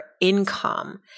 income